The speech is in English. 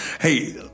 hey